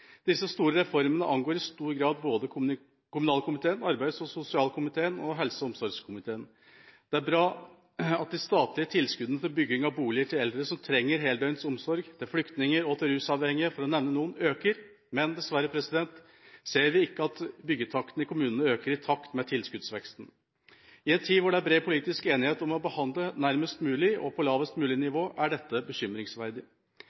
Disse store reformene angår i stor grad både kommunalkomiteen, arbeids- og sosialkomiteen og helse- og omsorgskomiteen. Det er bra at de statlige tilskuddene til bygging av boliger til eldre som trenger heldøgns omsorg, til flyktninger og til rusavhengige, for å nevne noen, øker. Men dessverre ser vi ikke at byggetakten i kommunene øker i takt med tilskuddsveksten. I ei tid hvor det er bred politisk enighet om å behandle nærmest mulig og på lavest mulig